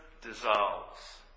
dissolves